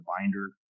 binder